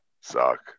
suck